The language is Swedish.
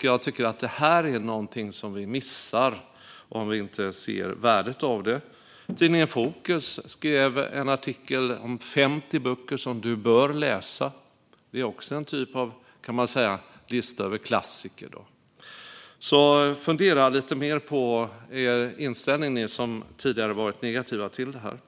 Jag tycker att det här är något vi missar om vi inte ser värdet av det. Tidningen Fokus skrev en artikel om 50 böcker som man bör läsa. Det kan man också säga är en lista över klassiker. Så fundera lite mer på inställningen, ni som tidigare varit negativa till det här!